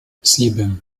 sieben